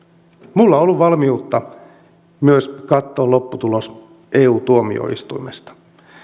minulla on ollut valmiutta myös katsoa lopputulos eu tuomioistuimesta